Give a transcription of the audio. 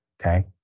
okay